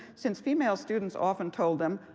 since female students often told them,